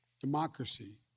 democracy